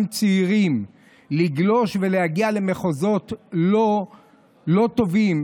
צעירים לגלוש ולהגיע למחוזות לא טובים,